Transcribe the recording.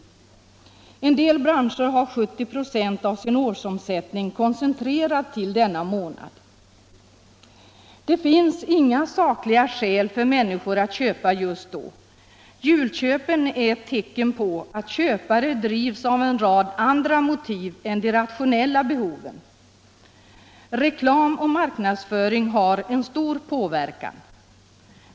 En del branscher har 70 96 av sin årsomsättning koncentrerad till denna månad. Det finns inga sakliga skäl för människor att köpa just då. Jul köpen är ett tecken på att köpare drivs av en rad andra motiv än de rationella behoven. Reklam och marknadsföring har en stor påverkan.